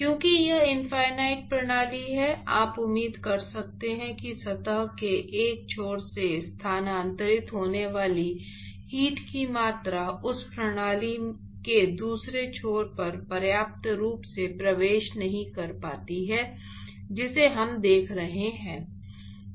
क्योंकि यह इनफिनिट प्रणाली है आप उम्मीद कर सकते हैं कि सतह के एक छोर से स्थानांतरित होने वाली हीट की मात्रा उस प्रणाली के दूसरे छोर तक पर्याप्त रूप से प्रवेश नहीं कर पाती है जिसे हम देख रहे हैं